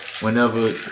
whenever